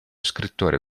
scrittore